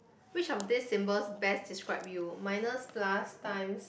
which of these symbols best describe you minus plus times